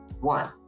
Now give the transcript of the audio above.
one